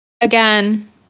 Again